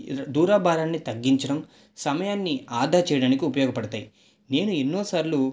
దూర భారాన్ని తగ్గించడం సమయాన్ని అధా చేయడానికి ఉపయోగపడతాయి నేను ఎన్నోసార్లు